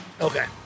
Okay